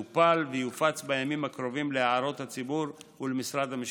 טופל ויופץ בימים הקרובים להערות הציבור ולמשרד המשפטים.